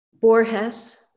Borges